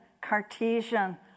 Cartesian